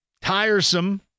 tiresome